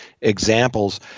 examples